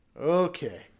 Okay